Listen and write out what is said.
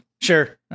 Sure